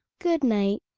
good night.